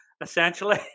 Essentially